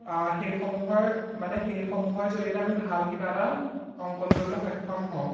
সেইসমূহৰ মানে সেইসমূহৰ জৰিয়তে আমি ভাল কিবা এটা অংকন কৰিবলৈ সক্ষম হওঁ